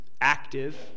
active